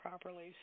properly